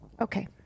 Okay